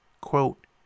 Quote